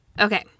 Okay